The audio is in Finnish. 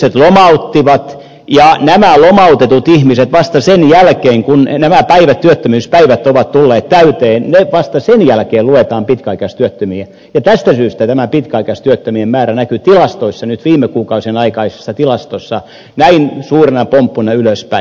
yritykset lomauttivat ja nämä lomautetut ihmiset vasta sen jälkeen kun nämä työttömyyspäivät ovat tulleet täyteen luetaan pitkäaikaistyöttömiin ja tästä syystä tämä pitkäaikaistyöttömien määrä näkyy tilastoissa nyt viime kuukausien aikaisissa tilastoissa näin suurena pomppuna ylöspäin